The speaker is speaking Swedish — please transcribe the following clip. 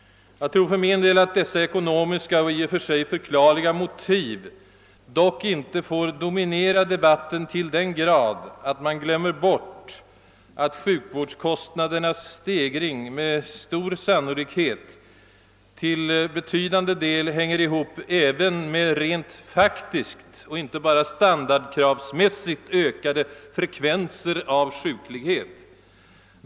Jag anser för min del att dessa i och för sig förklarliga ekonomiska motiv dock inte får dominera de batten till den grad att man glömmer bort, att sjukvårdskostnadernas stegring med stor sannolikhet till betydande del även hänger ihop med rent faktiskt och inte bara standardkravsmässigt ökade frekvenser av sjuklighet.